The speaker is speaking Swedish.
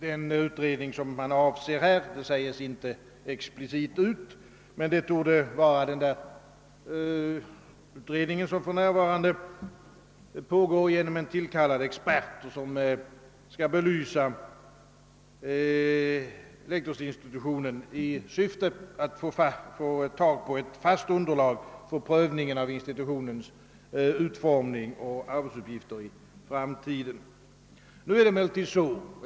Det har inte exakt angivits vilken utredning som avses, men det torde gälla den utredning som sker genom en tillkallad expert som skall belysa lektorsinstitutionen i syfte att få fram ett fast underlag för prövningen av institutionens utformning och arbetsuppgifter i framtiden.